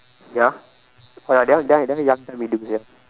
ya oh ya that one that one that one young time we do sia